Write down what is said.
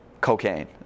cocaine